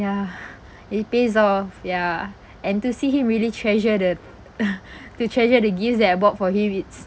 ya it pays off ya and to see him really treasure the to treasure the gifts that I bought for him it's